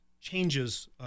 changes